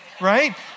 right